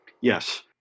Yes